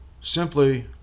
simply